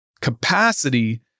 capacity